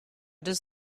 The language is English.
does